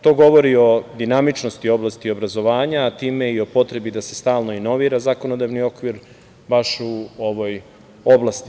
To govori o dinamičnosti oblasti obrazovanja, a time i o potrebi da se stalno inovira zakonodavni okvir baš u ovoj oblasti.